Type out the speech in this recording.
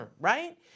right